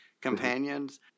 companions